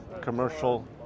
commercial